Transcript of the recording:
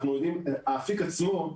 האפיק עצמו,